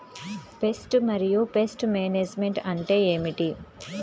Pest మరియు pest management అంటే ఏమిటి?